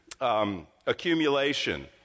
accumulation